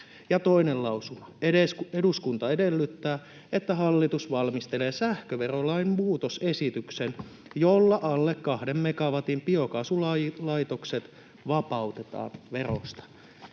toinen lausuma: ”Eduskunta edellyttää, että hallitus valmistelee sähköverolain muutosesityksen, jolla alle kahden megawatin biokaasulaitokset vapautetaan veroista.”